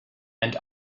and